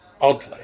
oddly